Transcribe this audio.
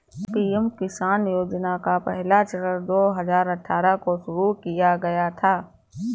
PM Kisan योजना का पहला चरण दो हज़ार अठ्ठारह को शुरू किया गया था